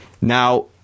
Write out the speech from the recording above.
Now